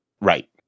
Right